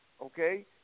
Okay